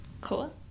Cool